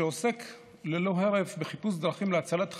שעוסק ללא הרף בחיפוש דרכים להצלת חיים,